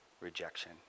rejection